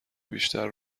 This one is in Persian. بیشتری